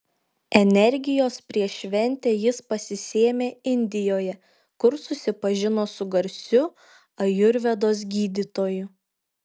energijos prieš šventę jis pasisėmė indijoje kur susipažino su garsiu ajurvedos gydytoju